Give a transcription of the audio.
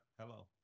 Hello